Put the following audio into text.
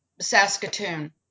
Saskatoon